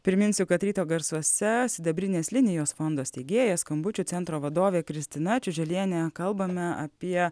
priminsiu kad ryto garsuose sidabrinės linijos fondo steigėja skambučių centro vadovė kristina čiuželienė kalbame apie